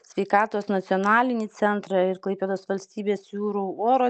sveikatos nacionalinį centrą ir klaipėdos valstybės jūrų oro